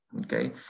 Okay